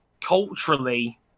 culturally